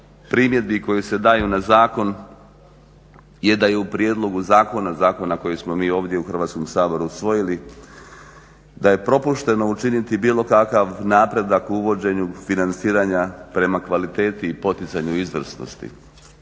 primjedbi koje se daju na zakon je da je u prijedlogu zakona, zakona kojeg smo mi ovdje u Hrvatskom saboru usvojili, da je propušteno učiniti bilo kakav napredak u uvođenju financiranja prema kvaliteti i poticanju izvrsnosti.